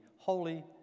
Holy